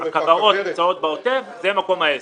הכוורות נמצאות בעוטף זה מקום העסק.